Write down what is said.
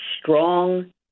strong